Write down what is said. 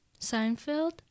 Seinfeld